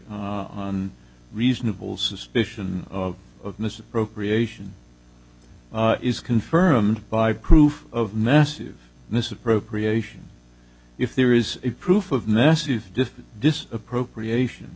on reasonable suspicion of of misappropriation is confirmed by proof of massive misappropriations if there is a proof of nassif defeat this appropriation